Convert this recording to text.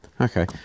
okay